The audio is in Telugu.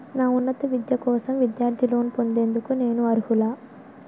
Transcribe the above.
నా ఉన్నత విద్య కోసం విద్యార్థి లోన్ పొందేందుకు నేను అర్హులా?